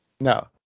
No